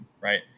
right